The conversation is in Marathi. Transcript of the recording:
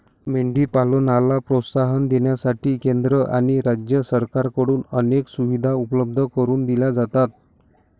मेंढी पालनाला प्रोत्साहन देण्यासाठी केंद्र आणि राज्य सरकारकडून अनेक सुविधा उपलब्ध करून दिल्या जातात